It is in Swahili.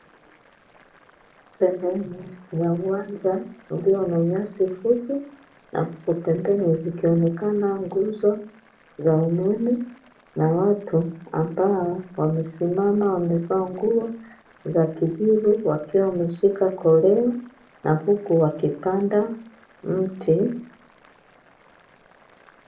Sehemu ya uwanja iliyo na nyasi fupi na pembeni zikionekana nguzo za umeme na watu ambao wamesimama wamevaa nguo za kijivu wakiwa wameshika koleo na huku wakipanda mti.